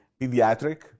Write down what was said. pediatric